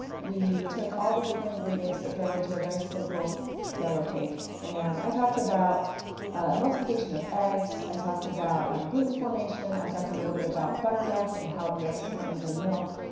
we took all the different ingredients that go into a very simple yellow cake, and i talked about emulsification of eggs. i talked about um gluten formation. i talked a little bit about buttermilk, and how it reacts differently than milk.